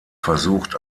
versucht